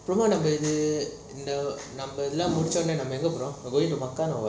மாமா நம்ம இது இந்த நம்ம இதுல முடிச்ச அப்புறம் எங்க போறம்:mama namma ithu intha namma ithula mudicha apram enga poram makhan or what